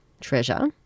treasure